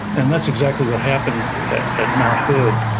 and that's exactly what happened at mount hood